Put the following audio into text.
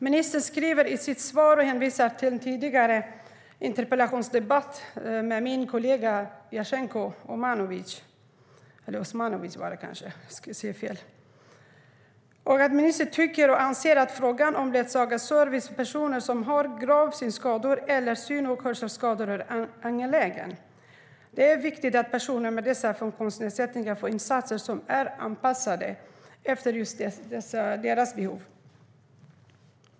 Ministern hänvisar i sitt svar till en tidigare interpellationsdebatt med min kollega Jasenko Omanovic. Ministern tycker och anser att frågan om ledsagarservice till personer som har grava synskador eller syn och hörselskador är angelägen. Det är viktigt att personer med dessa funktionsnedsättningar får insatser som är anpassade efter just deras behov.